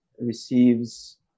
receives